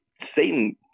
Satan